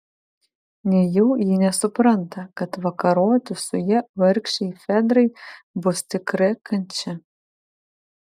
nejau ji nesupranta kad vakaroti su ja vargšei fedrai bus tikra kančia